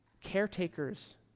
caretakers